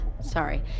sorry